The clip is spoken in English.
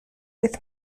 with